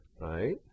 Right